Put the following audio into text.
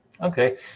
Okay